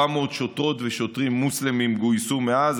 400 שוטרות ושוטרים מוסלמים גויסו מאז,